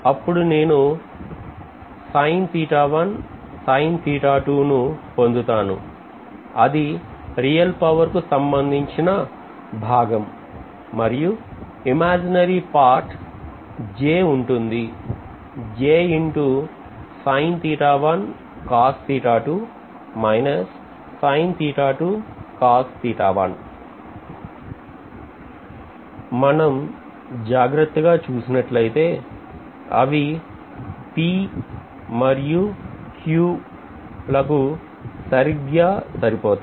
అప్పుడు నేను పొందుతాను అది రియల్ పవర్ కు సంబంధించిన భాగం మరియు ఇమాజినరీ పార్ట్ j ఉంటుంది మనం జాగ్రత్తగా చూసినట్లయితే అవి P మరియు Q కు సరిగ్గా సరిపోతాయి